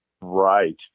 right